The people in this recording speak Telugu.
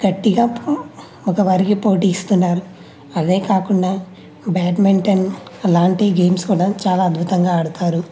గట్టిగా పో మగవారికి పోటీ ఇస్తున్నారు అదే కాకుండా బ్యాడ్మింటన్ అలాంటి గేమ్స్ కూడా చాలా అద్భుతంగా ఆడుతారు